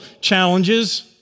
challenges